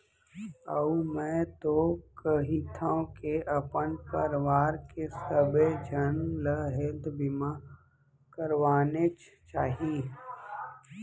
अउ मैं तो कहिथँव के अपन परवार के सबे झन ल हेल्थ बीमा करवानेच चाही